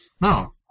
No